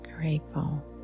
grateful